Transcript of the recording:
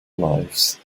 lives